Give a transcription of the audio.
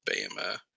Bama